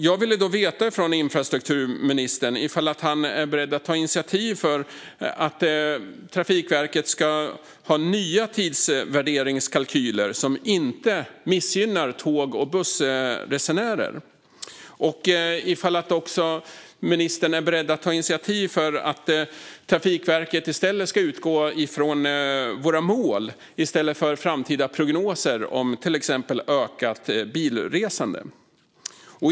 Jag ville veta om infrastrukturministern är beredd att ta initiativ för att Trafikverket ska få nya tidsvärderingskalkyler, som inte missgynnar tåg och bussresenärer, och om ministern är beredd att ta initiativ för att Trafikverket ska utgå från våra mål i stället för framtida prognoser om till exempel ökat bilresande.